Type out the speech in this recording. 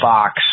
Fox